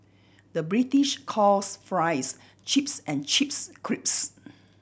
the British calls fries chips and chips crisps